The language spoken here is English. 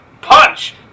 Punch